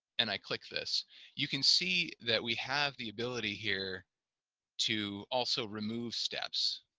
and i click this you can see that we have the ability here to also remove steps